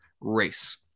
race